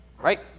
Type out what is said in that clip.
right